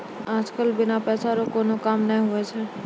आज कल बिना पैसा रो कोनो काम नै हुवै छै